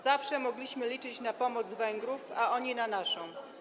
Zawsze mogliśmy liczyć na pomoc Węgrów, a oni na naszą.